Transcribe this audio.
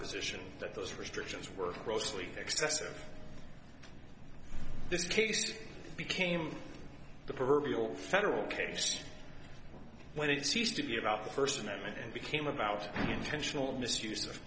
position that those restrictions were grossly excessive this case to became the proverbial federal case when it ceased to be about the first amendment and became about intentional misuse of